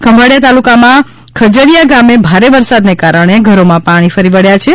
ખંભાળિયા તાલુકામાં ખજરિયા ગામે ભારે વરસાદને કારણે ઘરોમાં પાણી ફરી વબ્યા છે